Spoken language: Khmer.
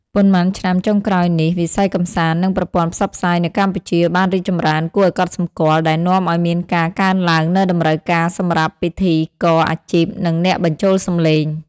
ប៉ុន្មានឆ្នាំចុងក្រោយនេះ វិស័យកម្សាន្ត និងប្រព័ន្ធផ្សព្វផ្សាយនៅកម្ពុជាបានរីកចម្រើនគួរឲ្យកត់សម្គាល់ ដែលនាំឲ្យមានការកើនឡើងនូវតម្រូវការសម្រាប់ ពិធីករអាជីព និងអ្នកបញ្ចូលសំឡេង។